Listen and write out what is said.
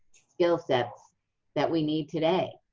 skill sets that we need today.